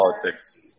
politics